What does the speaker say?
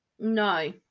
No